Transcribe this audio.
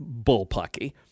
bullpucky